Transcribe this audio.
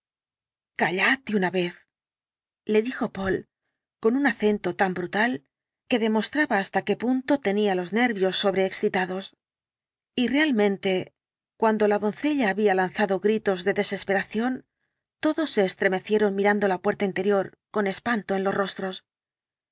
de una vez le dijo poole con un acento tan brutal que demostraba hasta qué punto tenía los nervios sobrexcitados la última noche y realmente cuando la doncella había lanzado gritos de desesperación todos se estremecieron mirando la puerta interior con espanto en los rostros